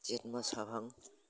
जेथ मास हाबहां